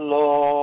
Lord